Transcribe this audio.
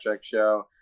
show